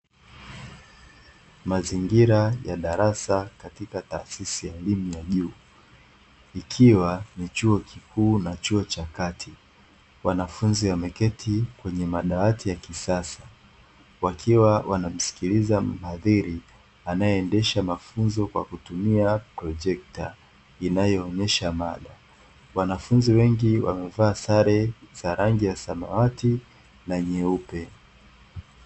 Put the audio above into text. Mazingira ya darasa katika taasisi ya elimu ya juu, ikiwa ni chuo kikuu na chuo cha kati. Wanafunzi wameketi kwenye madawati ya kisasa, wakiwa wanamsikiliza mhadhiri anayeendesha mafunzo kwa kutumia projekta inayoonyesha mada, wanafunzi wengi wamevaa sare za rangi ya samawati na nyeupe.